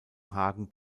hagen